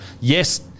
yes